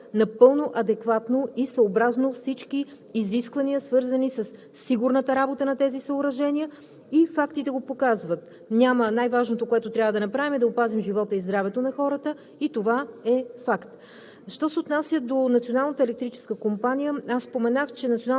тази ситуация на усложнена метеорологична обстановка се управляват напълно адекватно и съобразно всички изисквания, свързани със сигурната работа на тези съоръжения, и фактите го показват. Най-важното, което трябва да направим, е да опазим живота и здравето на хората и това е факт.